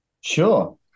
Sure